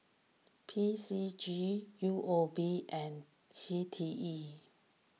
P C G U O B and C T E